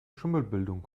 schimmelbildung